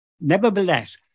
nevertheless